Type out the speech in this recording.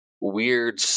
weird